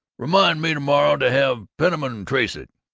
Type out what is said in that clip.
remind me to-morrow to have penniman trace it.